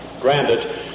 Granted